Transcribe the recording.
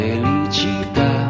Felicità